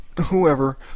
whoever